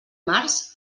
març